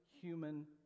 human